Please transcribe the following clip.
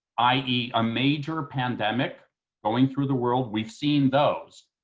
i e. a major pandemic going through the world. we've seen those,